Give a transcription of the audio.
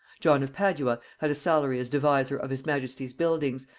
john of padua had a salary as deviser of his majesty's buildings,